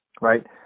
right